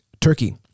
Turkey